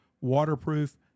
waterproof